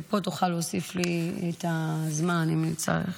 ופה תוכל להוסיף לי את הזמן אם אני אצטרך,